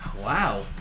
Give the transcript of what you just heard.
Wow